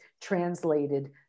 translated